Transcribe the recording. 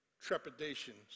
trepidations